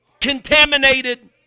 contaminated